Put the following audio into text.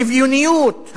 השוויוניות,